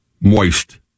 Moist